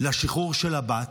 לשחרור של הבת,